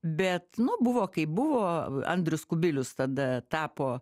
bet nu buvo kaip buvo andrius kubilius tada tapo